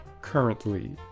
currently